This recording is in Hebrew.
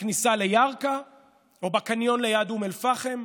בכניסה לירכא או בקניון ליד אום אל-פחם,